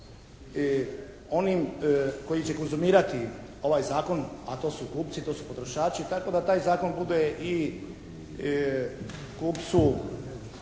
onim koji će konzumirati ovaj zakon, a to su kupci, to su potrošači tako da taj zakon bude i kupcu